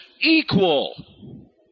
equal